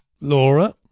Laura